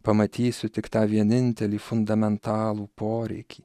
pamatysiu tik tą vienintelį fundamentalų poreikį